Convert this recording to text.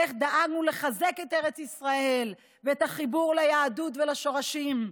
איך דאגנו לחזק את ארץ ישראל ואת החיבור ליהדות ולשורשים,